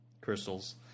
crystals